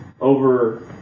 over